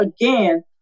again